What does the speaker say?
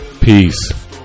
peace